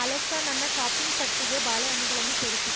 Alexa ನನ್ನ shopping ಪಟ್ಟಿಗೆ ಬಾಳೆಹಣ್ಣುಗಳನ್ನು ಸೇರಿಸಿ